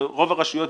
ורוב הרשויות.